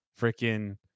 freaking